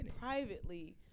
privately